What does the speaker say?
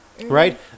Right